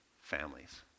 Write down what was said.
families